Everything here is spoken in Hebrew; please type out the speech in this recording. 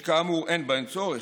שכאמור, אין בהן צורך,